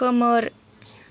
खोमोर